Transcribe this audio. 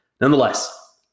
nonetheless